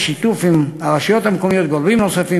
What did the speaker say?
בשיתוף עם הרשויות המקומיות וגורמים נוספים,